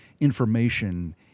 information